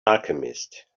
alchemist